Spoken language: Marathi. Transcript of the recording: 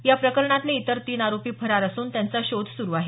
या प्रकरणातले इतर तीन आरोपी फरार असून त्यांचा शोध सुरु आहे